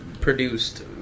produced